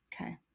okay